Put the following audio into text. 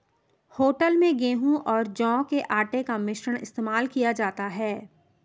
hotel में गेहूं और जौ के आटे का मिश्रण इस्तेमाल किया जाता है